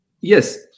yes